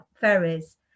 ferries